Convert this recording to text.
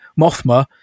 Mothma